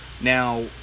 Now